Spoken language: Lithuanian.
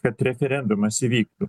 kad referendumas įvyktų